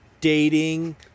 dating